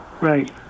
Right